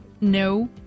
no